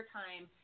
time